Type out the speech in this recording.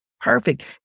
perfect